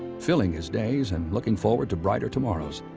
filling his days and looking forward to brighter tomorrows,